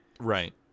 Right